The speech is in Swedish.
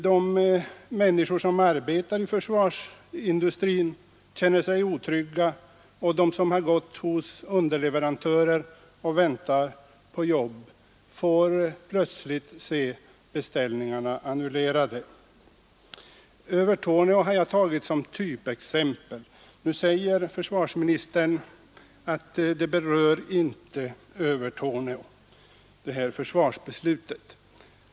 De människor som arbetar i försvarsindustrin känner sig otrygga, och de som har gått hos underleverantörer och väntat på jobb får plötsligt se beställningarna annullerade. Övertorneå har jag tagit som typexempel. Nu säger försvarsministern att försvarsbeslutet inte berör Övertorneå.